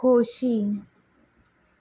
खोशी